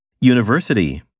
University